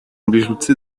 bijoutier